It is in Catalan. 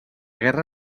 guerra